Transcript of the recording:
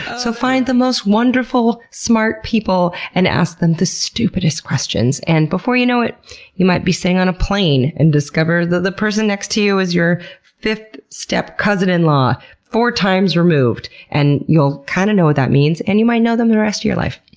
so find the most wonderful, smart people and ask them the stupidest questions, and before you know it you might be sitting on a plane and discover that the person next to you is your fifth step cousin-in-law four times removed, and you'll kind of know what that means. and you might know them the rest of your life.